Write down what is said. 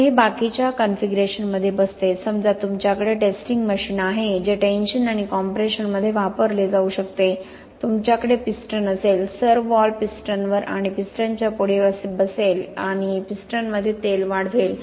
तर हे बाकीच्या कॉन्फिगरेशनमध्ये बसते समजा तुमच्याकडे टेस्टिंग मशीन आहे जे टेंशन आणि कॉम्प्रेशनमध्ये वापरले जाऊ शकते तुमच्याकडे पिस्टन असेल सर्व्हव्हॉल्व्ह पिस्टनवर किंवा पिस्टनच्या पुढे बसेल आणि पिस्टनमध्ये तेल वाढवेल